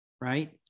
right